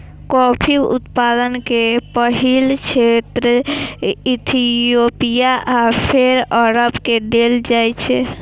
coffee उत्पादन के पहिल श्रेय इथियोपिया आ फेर अरब के देल जाइ छै